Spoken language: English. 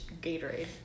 Gatorade